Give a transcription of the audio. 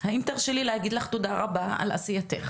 האם תרשי לי לומר לך תודה רבה על עשייתך?